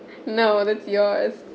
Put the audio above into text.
no that's yours